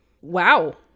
Wow